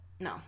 No